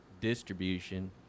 Distribution